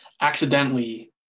accidentally